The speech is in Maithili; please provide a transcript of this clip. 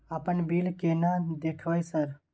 अपन बिल केना देखबय सर?